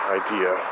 idea